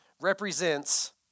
represents